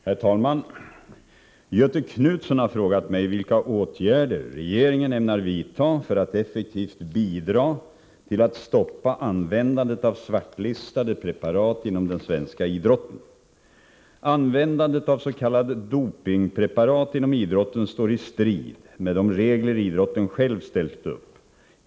Herr talman! Göthe Knutson har frågat mig vilka åtgärder regeringen ämnar vidta för att effektivt bidra till att stoppa användandet av svartlistade preparat inom den svenska idrotten. Användandet av s.k. dopingpreparat inom idrotten står i strid med de regler idrotten ställt upp.